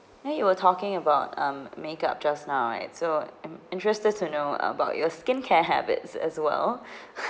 eh you were talking about um makeup just now right so int~ interested to know about your skincare habits as well